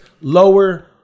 Lower